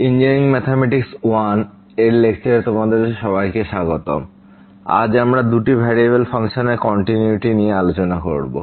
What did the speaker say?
engineering mathematics I এর লেকচারে তোমাদের সবাইকে স্বাগতম এবং আজ আমরা দুটি ভেরিয়েবল ফাংশনের কন্টিনিউয়িটি নিয়ে আলোচোনা করবো